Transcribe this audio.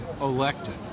elected